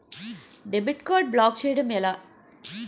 Debit card block చేయటం ఎలా?